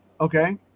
Okay